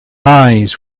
eyes